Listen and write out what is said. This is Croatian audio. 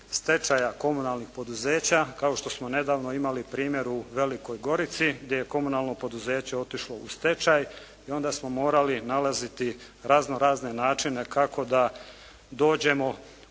stečaja komunalnih poduzeća kao što smo nedavno imali primjer u Velikoj Gorici gdje je komunalno poduzeće otišlo u stečaj i onda smo morali nalaziti razno razne načine kako da dođemo